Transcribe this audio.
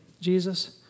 Jesus